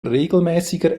regelmäßiger